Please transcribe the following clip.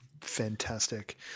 Fantastic